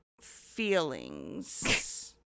feelings